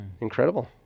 Incredible